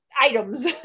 items